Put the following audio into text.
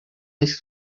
his